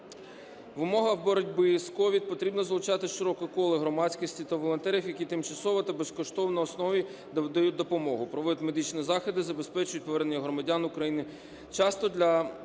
умовах боротьби з COVID потрібно залучати широке коло громадськості та волонтерів, які тимчасово та на безкоштовній основі дають допомогу, проводять медичні заходи, забезпечують повернення громадян України.